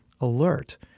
alert